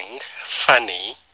funny